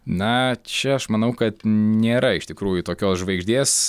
na čia aš manau kad nėra iš tikrųjų tokios žvaigždės